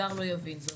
זר לא יבין זאת.